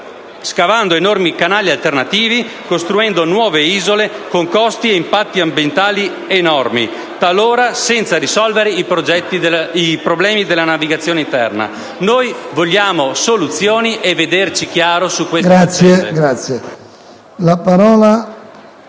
scavando enormi canali alternativi, costruendo nuove isole, con costi e impatti ambientali enormi, talora senza risolvere i problemi della navigazione interna. Noi vogliamo soluzioni e vederci chiaro su queste